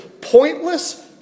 pointless